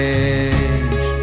edge